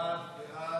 ההצעה